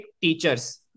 teachers